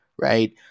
right